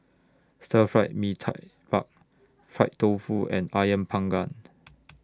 Stir Fried Mee Tai Mak Far Fried Tofu and Ayam Panggang